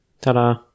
Ta-da